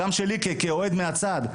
גם שלי כאוהד מהצד,